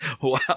wow